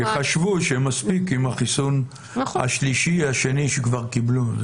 כי חשבו שמספיק עם החיסון השני או השלישי שכבר קיבלו.